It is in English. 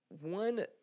One